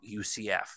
UCF